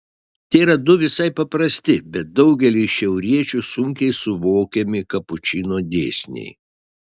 tėra du visai paprasti bet daugeliui šiauriečių sunkiai suvokiami kapučino dėsniai